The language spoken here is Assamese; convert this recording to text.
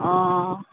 অঁ